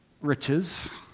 riches